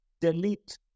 delete